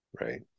Right